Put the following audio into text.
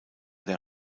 der